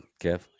Kev